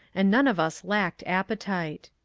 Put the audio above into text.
and none of us lacked appetite